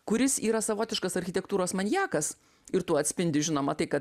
kuris yra savotiškas architektūros maniakas ir tuo atspindi žinoma tai kad